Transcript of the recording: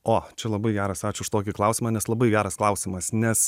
o čia labai geras ačiū už tokį klausimą nes labai geras klausimas nes